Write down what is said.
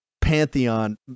pantheon